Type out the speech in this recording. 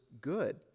good